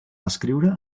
escriure